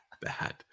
bad